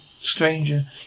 stranger